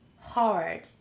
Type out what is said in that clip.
hard